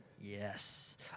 Yes